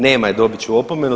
Nema je, dobit ću opomenu.